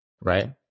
right